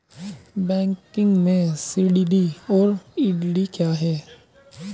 Banking में CDD और EDD क्या हैं?